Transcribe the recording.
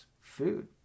food